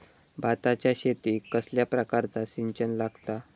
भाताच्या शेतीक कसल्या प्रकारचा सिंचन लागता?